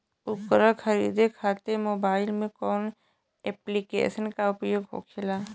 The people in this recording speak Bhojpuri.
उपकरण खरीदे खाते मोबाइल में कौन ऐप्लिकेशन का उपयोग होखेला?